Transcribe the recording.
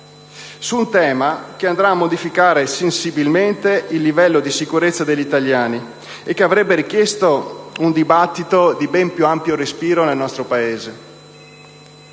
su un tema che andrà a modificare sensibilmente il livello di sicurezza degli italiani e che avrebbe richiesto un dibattito di ben più ampio respiro nel nostro Paese.